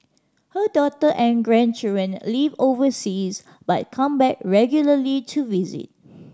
her daughter and grandchildren live overseas but come back regularly to visit